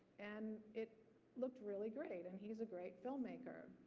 and it looked really great, and he's a great filmmaker.